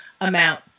amount